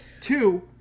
Two